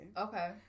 Okay